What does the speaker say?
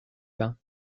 bains